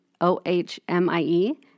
O-H-M-I-E